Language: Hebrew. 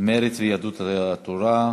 מרצ ויהדות התורה: